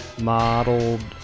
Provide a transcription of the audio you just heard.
modeled